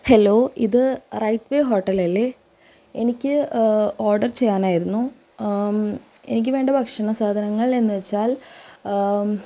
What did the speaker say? hello ഇത് right way hotel അല്ലേ എനിക്ക് ഓർഡർ ചെയ്യാനായിരുന്നു എനിക്ക് വേണ്ട ഭക്ഷണ സാധനങ്ങൾ എന്ന് വെച്ചാൽ